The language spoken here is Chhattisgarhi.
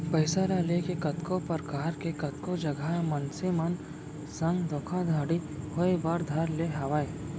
पइसा ल लेके कतको परकार के कतको जघा मनसे मन संग धोखाघड़ी होय बर धर ले हावय